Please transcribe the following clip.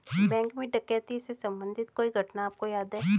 Bank में डकैती से संबंधित कोई घटना आपको याद है?